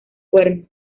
cuerno